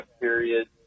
period